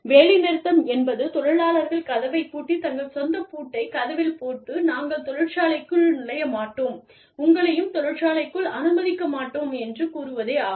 வேலைநிறுத்தம் என்பது தொழிலாளர்கள் கதவைப் பூட்டி தங்கள் சொந்த பூட்டை கதவில் போட்டு நாங்கள் தொழிற்சாலைக்குள் நுழைய மாட்டோம் உங்களையும் தொழிற்சாலைக்குள் அனுமதிக்க மாட்டோம் என்று கூறுவதே ஆகும்